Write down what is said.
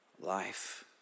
Life